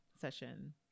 session